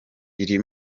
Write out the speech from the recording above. iri